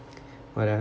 what ah